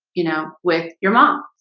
you know with your mom